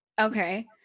Okay